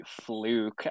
fluke